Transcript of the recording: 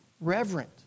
reverent